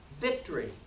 victory